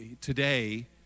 today